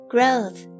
Growth